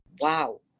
wow